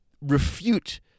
refute